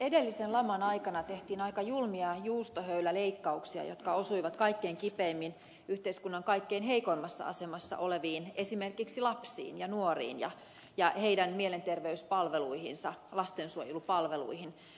edellisen laman aikana tehtiin aika julmia juustohöyläleikkauksia jotka osuivat kaikkein kipeimmin yhteiskunnan kaikkein heikoimmassa asemassa oleviin esimerkiksi lapsiin ja nuoriin ja heidän mielenterveyspalveluihinsa lastensuojelupalveluihin